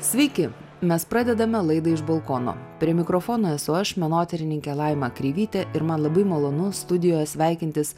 sveiki mes pradedame laidą iš balkono prie mikrofono esu aš menotyrininkė laima kreivytė ir man labai malonu studijoj sveikintis